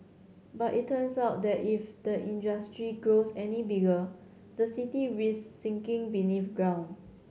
but it turns out that if the industry grows any bigger the city risk sinking beneath ground